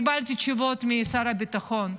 קיבלתי תשובות משר הביטחון.